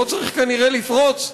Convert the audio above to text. שלא צריך כנראה לפרוץ,